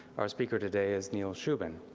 our speaker today is neil shubin.